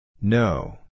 No